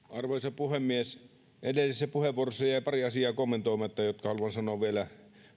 arvoisa puhemies edellisessä puheenvuorossani jäi kommentoimatta pari asiaa jotka haluan sanoa vielä